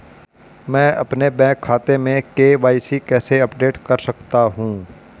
मैं अपने बैंक खाते में के.वाई.सी कैसे अपडेट कर सकता हूँ?